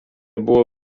buvo